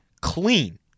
clean